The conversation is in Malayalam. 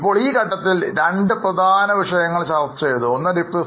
ഇപ്പോൾ ഈ ഘട്ടത്തിൽ രണ്ട് പ്രധാന വിഷയങ്ങൾ ചർച്ച ചെയ്ത് ഒന്ന് Depreciation